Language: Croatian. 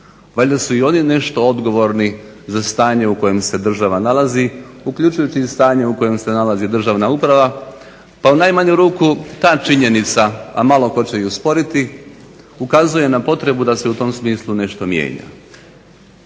Valjda su i oni nešto odgovorni za stanje u kojem se država nalazi uključujući i stanje u kojem se nalazi državna uprava. Pa u najmanju ruku ta činjenica, a malo tko će ju sporiti ukazuje na potrebu da se u tom smislu nešto mijenja.